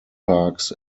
parks